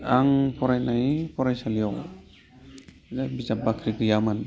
आं फरायनाय फरायसालियाव बिजाब बाख्रि गैयामोन